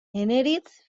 eneritz